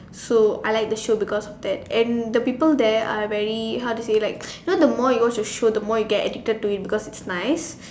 so I like the show because of that and the people there are very how to say like you know the more you watch the show the more you get addicted to it because it is nice